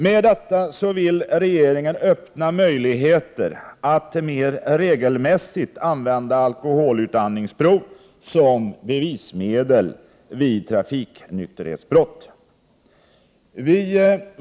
Med detta vill regeringen öppna möjligheter att regelmässigt använda alkoholutandningsprov som bevismedel vid trafiknykterhetsbrott.